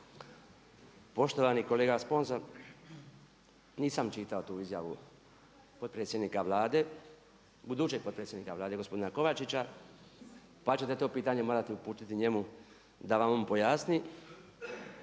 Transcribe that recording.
Poštovani kolega Sponza, nisam čitao tu izjavu potpredsjednika Vlade, budućeg potpredsjednika Vlade gospodina Kovačića pa ćete to pitanje morati uputit njemu da vam on pojasni.